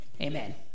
Amen